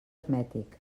hermètic